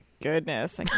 Goodness